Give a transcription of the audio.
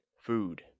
food